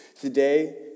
Today